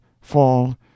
fall